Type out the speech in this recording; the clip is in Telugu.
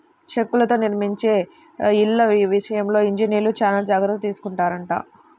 చెక్కలతో నిర్మించే ఇళ్ళ విషయంలో ఇంజనీర్లు చానా జాగర్తలు తీసుకొంటారంట